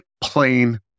plain